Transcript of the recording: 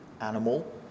animal